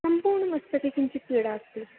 सम्पूर्णमस्तके किञ्चित् पीडा अस्ति